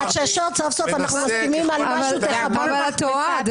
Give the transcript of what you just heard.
עד שסוף-סוף אנחנו מסכימים על משהו --- אבל את טועה,